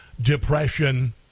depression